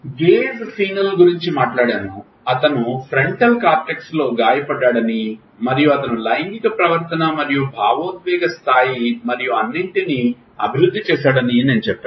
gauge ఫినల్ గురించి మాట్లాడాను అతను ఫ్రంటల్ కార్టెక్స్లో గాయపడ్డాడని మరియు అతను లైంగిక ప్రవర్తన మరియు భావోద్వేగ స్థాయిని మరియు అన్నింటినీ అభివృద్ధి చేశాడని నేను చెప్పాను